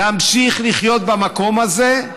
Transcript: להמשיך לחיות במקום הזה,